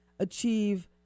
achieve